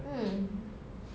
hmm